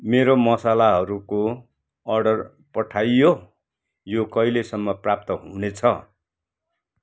मेरो मसलाहरूको अर्डर पठाइयो यो कहिलेसम्म प्राप्त हुनेछ